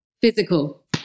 Physical